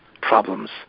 problems